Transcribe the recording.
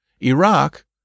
Iraq